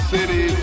City